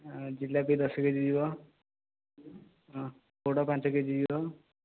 ଜିଲାପି ଦଶ କେଜି ଯିବ ପୋଡ଼ ପାଞ୍ଚ କେଜି ଯିବ